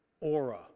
aura